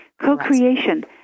Co-creation